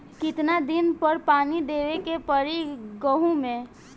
कितना दिन पर पानी देवे के पड़ी गहु में?